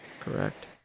Correct